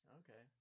okay